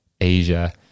Asia